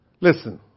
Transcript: Listen